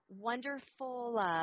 wonderful